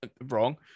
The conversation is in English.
Wrong